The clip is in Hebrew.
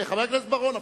חבר הכנסת בר-און,